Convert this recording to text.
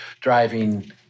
driving